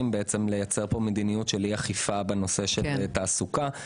לייצר מדיניות של אי אכיפה בנושא התעסוקה.